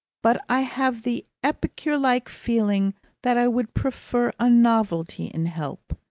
but i have the epicure-like feeling that i would prefer a novelty in help,